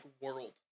world